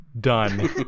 done